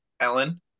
Ellen